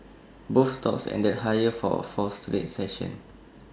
both stocks ended higher for A fourth straight session